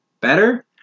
better